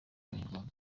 abanyarwanda